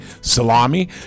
salami